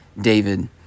David